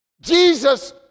Jesus